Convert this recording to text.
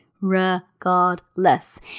regardless